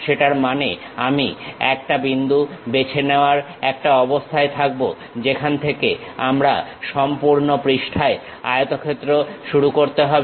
সেটার মানে আমি একটা বিন্দু বেছে নেওয়ার একটা অবস্থায় থাকবো যেখান থেকে আমাকে সম্পূর্ণ পৃষ্ঠায় আয়তক্ষেত্র শুরু করতে হবে